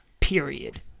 Period